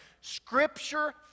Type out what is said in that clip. Scripture